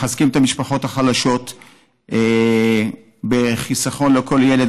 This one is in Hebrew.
מחזקים את המשפחות החלשות בחיסכון לכל ילד,